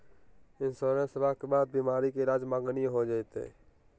इंसोरेंसबा के बाद बीमारी के ईलाज मांगनी हो जयते?